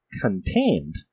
contained